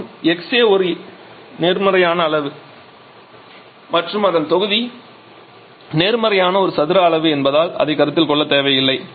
மற்றும் xA ஒரு நேர்மறையான அளவு மற்றும் அதன் தொகுதி நேர்மறையான ஒரு சதுர அளவு என்பதால் அதை கருத்தில் கொள்ள தேவையில்லை